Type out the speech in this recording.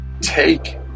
take